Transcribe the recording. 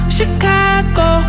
Chicago